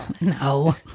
No